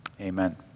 Amen